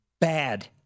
bad